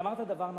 ואמרת דבר נכון: